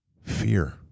fear